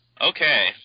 Okay